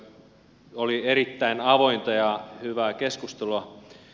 siellä oli erittäin avointa ja hyvää keskustelua